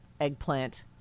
Eggplant